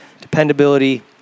dependability